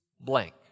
blank